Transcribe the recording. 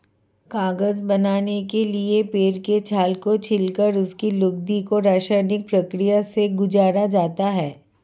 कागज बनाने के लिए पेड़ के छाल को छीलकर उसकी लुगदी को रसायनिक प्रक्रिया से गुजारा जाता है